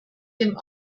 dem